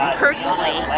personally